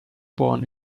born